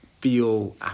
feel